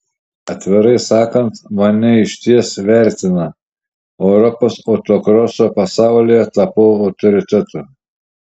atvirai sakant mane išties vertina europos autokroso pasaulyje tapau autoritetu